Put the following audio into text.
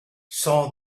saw